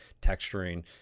texturing